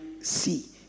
see